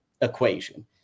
equation